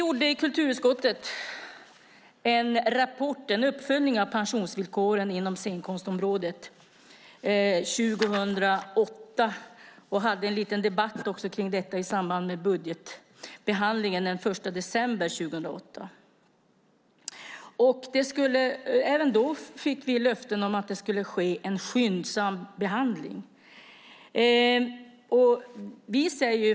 I kulturutskottet gjorde vi 2008 en uppföljning av pensionsvillkoren inom scenkonstområdet. Vi hade en debatt om detta i samband med budgetbehandlingen den 1 december samma år. Även då fick vi löfte om att det skulle ske en skyndsam behandling.